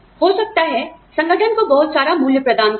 हो सकता है संगठन को बहुत सारा मूल्य प्रदान करें